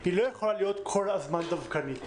היא לא יכולה להיות כל הזמן דווקנית